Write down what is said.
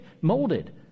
molded